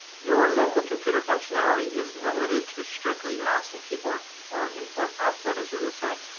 your local computer functionality is limited to strictly mouse and keyboard or input-output, as we would say.